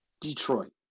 Detroit